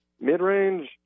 mid-range